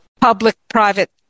Public-private